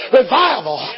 revival